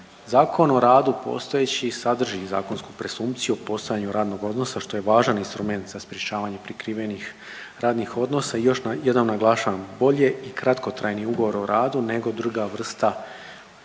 Zakon o radu postojeći sadrži i zakonsku presumpciju o postojanju radnog odnosa što je važan instrument za sprječavanje prikrivenih radnih odnosa i još jednom naglašavam bolje i kratkotrajni ugovor o radu nego druga vrsta ugovora